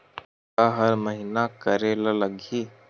मोला हर महीना करे ल लगही?